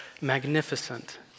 magnificent